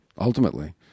ultimately